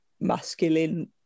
masculine